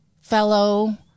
fellow